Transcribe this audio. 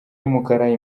y’umukara